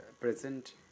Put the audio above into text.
present